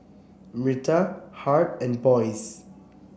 Myrta Hart and Boyce